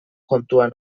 kontuan